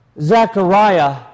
Zechariah